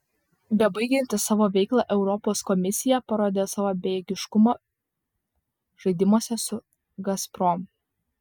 bebaigianti savo veiklą europos komisija parodė savo bejėgiškumą žaidimuose su gazprom